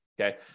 okay